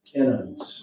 enemies